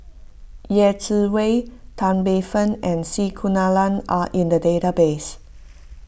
Yeh Chi Wei Tan Paey Fern and C Kunalan are in the database